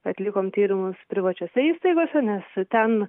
atlikom tyrimus privačiose įstaigose nes ten